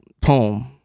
poem